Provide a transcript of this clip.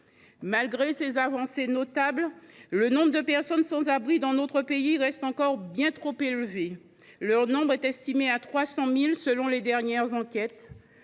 Malgré ces avancées notables, le nombre de personnes sans abri dans notre pays reste encore bien trop élevé. Il est estimé à 300 000 selon les dernières enquêtes.